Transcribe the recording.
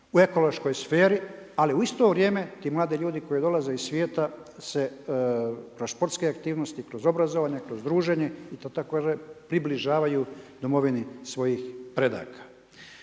u ekološkoj sferi, ali u isto vrijeme ti mladi ljudi koji dolaze iz svijeta se kroz sportske aktivnosti, kroz obrazovanje, kroz druženje i da … približavaju domovini svojih predaka.